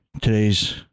today's